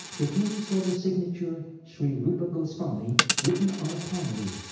the king saw the signature shri rupa goswami written on a palm leaf.